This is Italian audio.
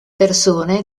persone